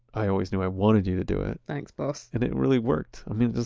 i always knew i wanted you to do it thanks boss and it really worked. i mean,